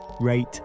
rate